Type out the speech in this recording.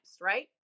right